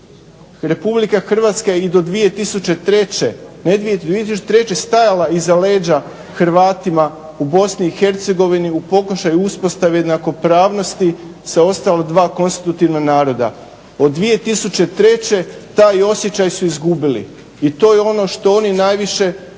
RH je i do 2003. ne 2003. stajala iza leđa Hrvatima u BiH u pokušaju uspostave jednakopravnosti sa ostala dva konstitutivna naroda. Od 2003. taj osjećaj su izgubili. I to je ono što najviše